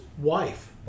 wife